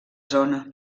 zona